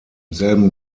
selben